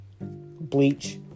Bleach